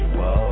Whoa